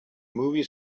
movie